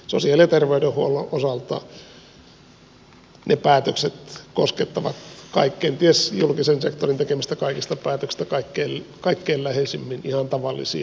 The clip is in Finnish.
sosiaali ja terveydenhuollon osalta ne päätökset koskettavat julkisen sektorin tekemistä kaikista päätöksistä kenties kaikkein läheisimmin ihan tavallisia ihmisiä